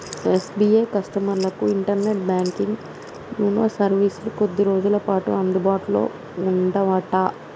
SBI కస్టమర్లకు internet banking YONO సర్వీసులు కొద్ది రోజులపాటు అందుబాటులో ఉండవట